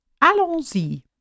allons-y